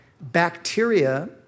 bacteria